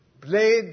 played